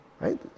right